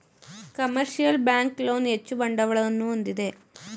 commercial bank loan ಹೆಚ್ಚು ಬಂಡವಾಳವನ್ನು ಹೊಂದಿದೆ